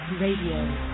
Radio